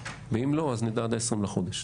ואם לא אז נדע עד ה-20 בחודש.